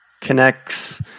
connects